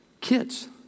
Kids